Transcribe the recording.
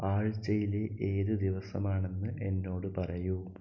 ആഴ്ചയിലെ ഏത് ദിവസമാണെന്ന് എന്നോട് പറയൂ